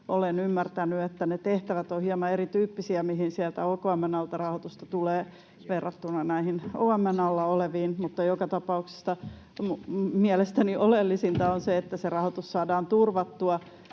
Olen ymmärtänyt, että ne tehtävät ovat hieman eri tyyppisiä, mihin sieltä OKM:n alta rahoitusta tulee, verrattuna näihin OM:n alla oleviin, mutta joka tapauksessa mielestäni oleellisinta on, että se rahoitus saadaan turvattua.